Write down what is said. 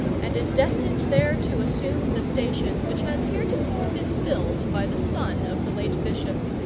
and is destined there to assume the station which has heretofore been filled by the son of the late bishop.